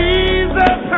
Jesus